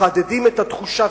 מחדדים את התחושה,